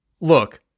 look